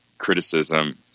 Criticism